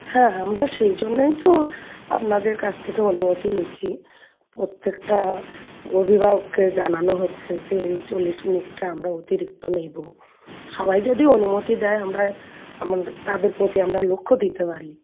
হ্যাঁ আমরা সেই জন্যেই তো আপনাদের কাছ থেকে অনুমতি নিচ্ছি প্রত্যেকটা অভিভাবককে জানানো হচ্ছে যে এই চল্লিশ মিনিটটা আমরা অতিরিক্ত নেব সবাই যদি অনুমতি দেয় আমরা আমাদের তাদের প্রতি আমরা লক্ষ দিতে পারি